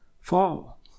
fall